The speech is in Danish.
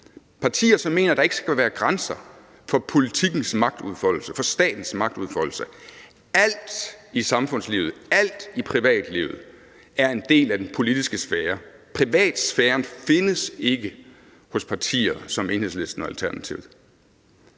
Partier, som mener, at der ikke skal være grænser for politikkens magtudfoldelse, for statens magtudfoldelse. Alt i samfundslivet og alt i privatlivet er en del af den politiske sfære. Privatsfæren findes ikke hos partier som Enhedslisten og Alternativet.